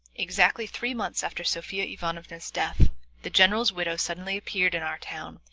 exactly three months after sofya ivanovna's death the general's widow suddenly appeared in our town,